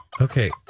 Okay